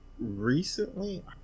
Recently